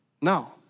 No